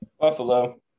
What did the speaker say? Buffalo